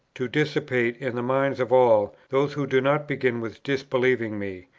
to dissipate, in the minds of all those who do not begin with disbelieving me,